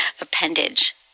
Appendage